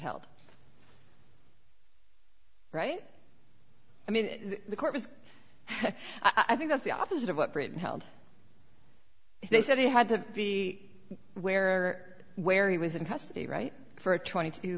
help right i mean the court has i think that's the opposite of what britain how they said they had to be where where he was in custody right for twenty to